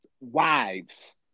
wives